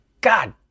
God